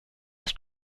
was